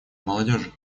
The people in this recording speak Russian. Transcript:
молодежи